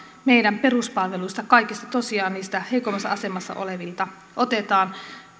meidän peruspalveluista kaikilta tosiaan niiltä heikoimmassa asemassa olevilta otetaan